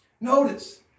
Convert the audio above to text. Notice